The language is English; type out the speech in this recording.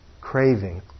craving